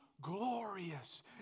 glorious